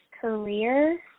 career